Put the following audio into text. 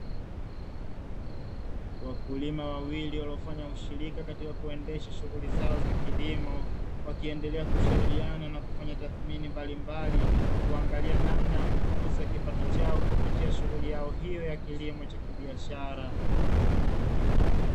Wakulima wawili waliofanya ushirika katika kuendesha shughuli zao za kilimo; wakiendelea kushauliana na kufanya tathimini mbalimbali kuangalia namna ya kukuza kipato chao kupitia shughuli yao hiyo ya kilimo cha kibiashara.